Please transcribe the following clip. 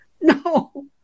No